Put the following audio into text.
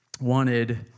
wanted